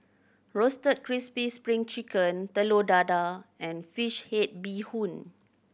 Roasted Crispy Spring Chicken Telur Dadah and fish head bee hoon